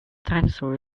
dinosaur